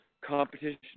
competition